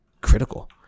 critical